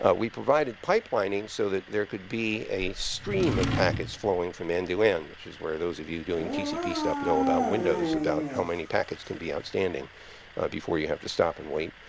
ah we provided pipelining so that there could be a stream of packets flowing from end to end, which is where those of you doing tcp stuff know about windows, about how many packets can be outstanding before you have to stop and wait.